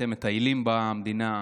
אתם מטיילים במדינה.